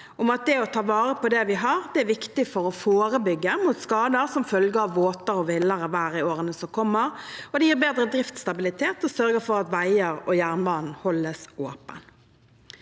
det å ta vare på det vi har, er viktig for å forebygge skader som følge av våtere og villere vær i årene som kommer, det gir bedre driftsstabilitet og sørger for at veier og jernbane holdes åpne.